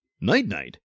Night-Night